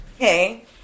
Okay